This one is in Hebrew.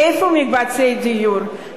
איפה מקבצי הדיור?